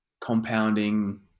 compounding